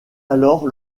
alors